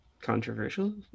controversial